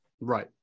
right